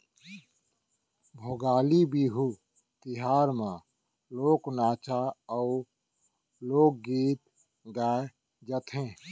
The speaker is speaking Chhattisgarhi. भोगाली बिहू तिहार म लोक नाचा अउ लोकगीत गाए जाथे